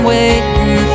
Waiting